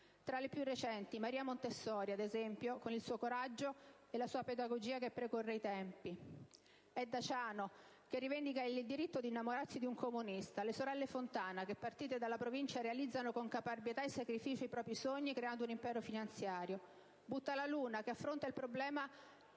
Tra le più recenti ricordo Maria Montessori, ad esempio, con il suo coraggio e la sua pedagogia che precorre i tempi; Edda Ciano che rivendica il diritto di innamorarsi di un comunista; le sorelle Fontana che, partite dalla provincia, realizzano con caparbietà e sacrificio i propri sogni creando un impero finanziario; «Butta la luna», che affronta il problema